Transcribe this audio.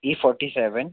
E forty seven